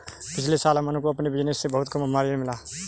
पिछले साल अमन को अपने बिज़नेस से बहुत कम मार्जिन मिला